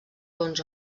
bons